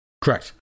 Correct